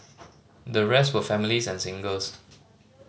the rest were families and singles